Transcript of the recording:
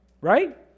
right